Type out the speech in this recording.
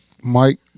Mike